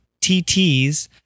TTs